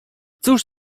cóż